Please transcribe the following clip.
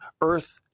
Earth